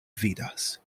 vidas